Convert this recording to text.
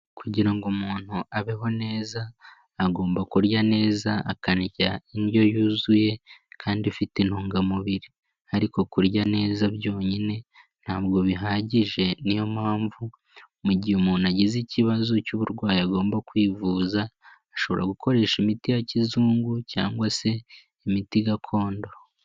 Kugira ngo umuntu abeho neza, agomba kurya neza, akarya indyo yuzuye, kandi ifite intungamubiri. Ariko kurya neza byonyine ntabwo bihagije, niyo mpamvu mu gihe umuntu agize ikibazo cy'uburwayi agomba kwivuza, ashobora gukoresha imiti ya kizungu cyangwa se imiti gakondo.